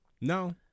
No